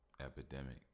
epidemic